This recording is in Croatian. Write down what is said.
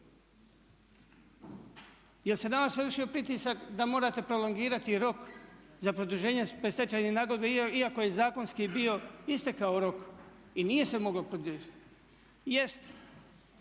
Jer se na vas vršio pritisak da morate prolongirati rok za produženje predstečajne nagodbe iako je zakonski bio istekao rok i nije se moglo pogriješiti? Jeste